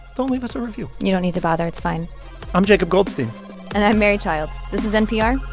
don't leave us a review you don't need to bother. it's fine i'm jacob goldstein and i'm mary childs. this is npr.